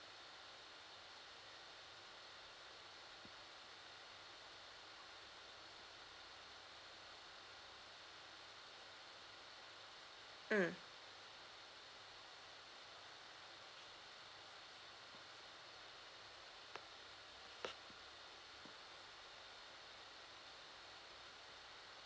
mm